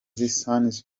sans